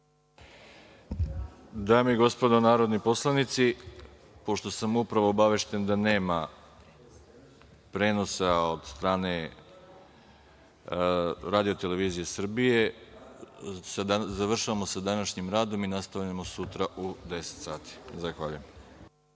redu. Dame i gospodo narodni poslanici, pošto sam upravo obavešten da nema prenosa od strane RTS-a, završavamo sa današnjim radom i nastavljamo sutra u 10.00 sati. Zahvaljujem.